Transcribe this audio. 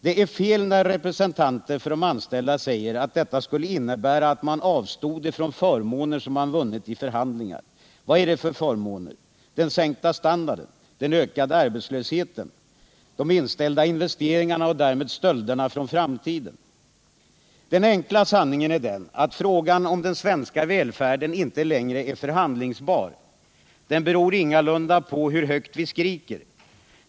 Det är fel när representanter för de anställda säger att detta skulle innebära att man avstod från förmåner som man vunnit vid förhandlingar. Vad är det för förmåner? Den sänkta standarden? Den ökade arbetslösheten? De inställda investeringarna och därmed stölderna från framtiden? Den enkla sanningen är den att frågan om den svenska välfärden inte längre är förhandlingsbar. Den beror ingalunda på hur högt vi skriker.